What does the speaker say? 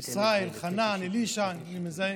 ישראל, חנן, אלישע, אני מזהה,